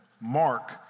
Mark